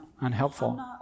unhelpful